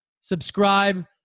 subscribe